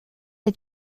est